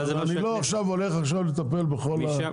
אבל עכשיו אני לא הולך לטפל בכל הדברים האלה,